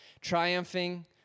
triumphing